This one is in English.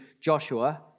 Joshua